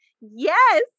yes